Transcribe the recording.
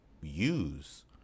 use